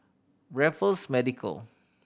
Raffles Medical